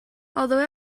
although